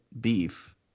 beef